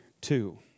two